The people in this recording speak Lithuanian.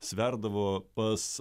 sverdavo pas